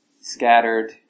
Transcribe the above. scattered